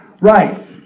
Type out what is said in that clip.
right